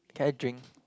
can I drink